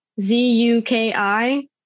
Z-U-K-I